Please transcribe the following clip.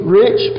rich